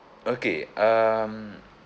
okay um